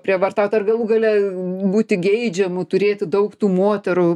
prievartaut ar galų gale būti geidžiamu turėti daug tų moterų